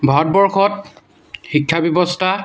ভাৰতবৰ্ষত শিক্ষা ব্যৱস্থা